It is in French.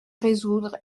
résoudre